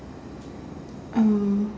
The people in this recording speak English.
um